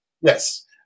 Yes